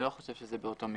אני לא חושב שזה באותו מישור.